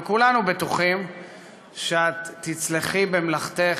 וכולנו בטוחים שתצלח מלאכתך,